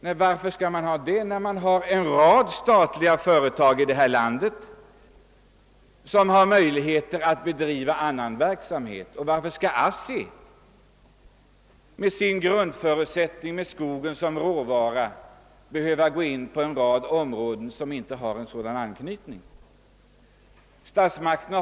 Men varför skall ASSI ha det, då en rad statliga företag i detta land har möjlighet att bedriva sådan annan verksamhet? Varför skall ASSI med skogen som råvara behöva gå in på en rad områden som inte har anknytning till skogen?